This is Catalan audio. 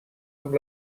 amb